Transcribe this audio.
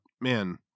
man